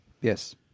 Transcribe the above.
yes